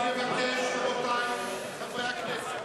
רבותי חברי הכנסת,